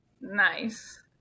Nice